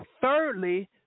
Thirdly